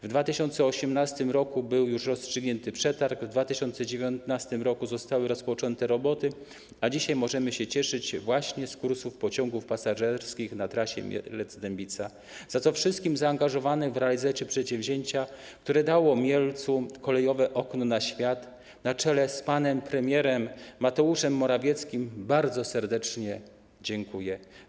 W 2018 r. był już rozstrzygnięty przetarg, w 2019 r. zostały rozpoczęte roboty, a dzisiaj możemy się cieszyć właśnie z kursów pociągów pasażerskich na trasie Mielec - Dębica, za co wszystkim zaangażowanym w realizację przedsięwzięcia, które dało Mielcowi kolejowe okno na świat, na czele z panem premierem Mateuszem Morawieckim, bardzo serdecznie dziękuję.